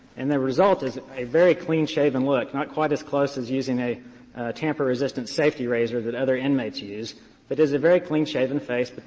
and the result is a very clean-shaven look, not quite as close as using a tamper-resistant safety razor that other inmates use. but it is a very clean-shaven face. but